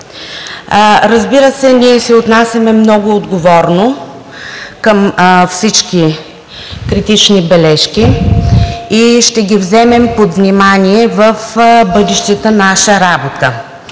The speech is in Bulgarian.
Разбира се, ние се отнасяме много отговорно към всички критични бележки и ще ги вземем под внимание в бъдещата наша работа.